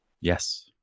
Yes